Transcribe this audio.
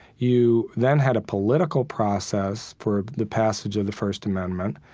you then had a political process for the passage of the first amendment,